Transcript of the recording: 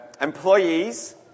employees